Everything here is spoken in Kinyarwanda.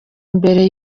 imbere